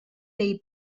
they